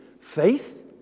Faith